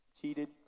cheated